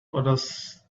others